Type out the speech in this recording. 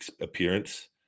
appearance